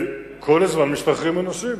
כל הזמן משתחררים אנשים.